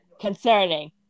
concerning